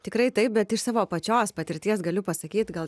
tikrai taip bet iš savo pačios patirties galiu pasakyti gal